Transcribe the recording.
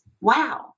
wow